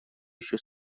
еще